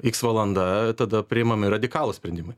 iks valanda tada priimami radikalūs sprendimai